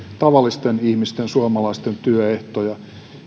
tavallisten ihmisten suomalaisten työehtoja